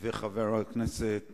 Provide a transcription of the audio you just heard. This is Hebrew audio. שחבר הכנסת